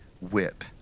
whip